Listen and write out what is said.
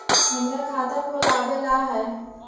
हमरा खाता खोलाबे ला है?